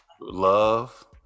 love